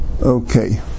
Okay